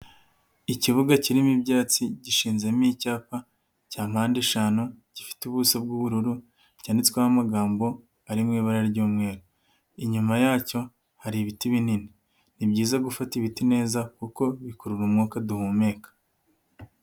Ikibuga kirimo ibyatsi gishinzemo icyapa cya mpande eshanu, gifite ubuso bw'ubururu cyanditsweho amagambo ari mu ibara ry'umweru, inyuma yacyo hari ibiti binini. Ni byiza gufata ibiti neza kuko bikurura umwuka duhumeka.